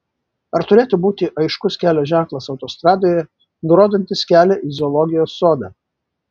ar turėtų būti aiškus kelio ženklas autostradoje nurodantis kelią į zoologijos sodą